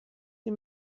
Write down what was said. sie